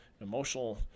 emotional